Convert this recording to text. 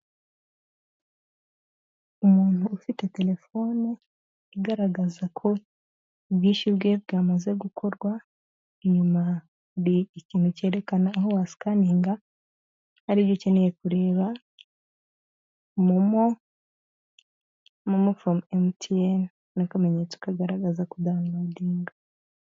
Umuntu ufite telefoni igaragaza ko ubwishyu bwe bwamaze gukorwa, inyuma hari ikintu cyerekana aho wasikaninga hari ibyo ukeneye kureba, momo foro emutiyene n'akamenyetso kagaragaza kudaniworodinga.